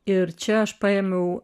ir čia aš paėmiau